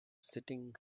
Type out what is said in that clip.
sitting